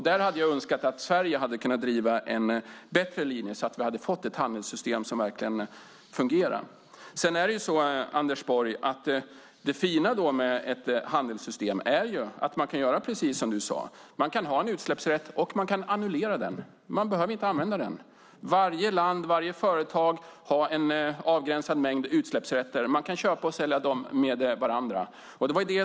Där hade jag önskat att Sverige hade kunnat driva en bättre linje, så att vi hade fått ett handelssystem som verkligen fungerar. Sedan är det så, Anders Borg, att det fina med ett handelssystem är att man kan göra precis som du sade. Man kan ha en utsläppsrätt och man kan annullera den. Man behöver inte använda den. Varje land och varje företag har en avgränsad mängd utsläppsrätter. Man kan köpa och sälja dem till varandra.